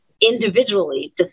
individually